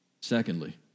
Secondly